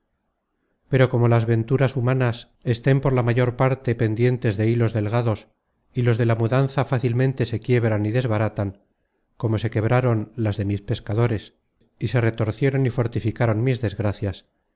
pero como las venturas humanas estén por la mayor parte pendientes de hilos delgados y los de la mudanza fácilmente se quiebran y desbaratan como se quebraron las de mis pescadores y se retorcieron y fortificaron mis desgracias